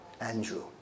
Andrew